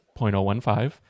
0.015